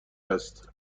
است